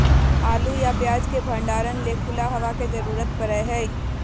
आलू या प्याज के भंडारण ले खुला हवा के जरूरत पड़य हय